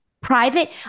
private